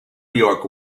york